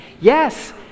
yes